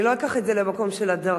אני לא אקח את זה למקום של הדרה,